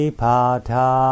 pata